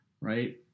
right